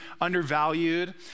undervalued